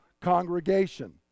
congregation